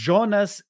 Jonas